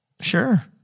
Sure